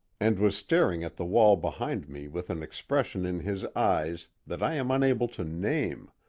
and was staring at the wall behind me with an expression in his eyes that i am unable to name,